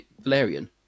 Valerian